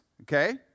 Okay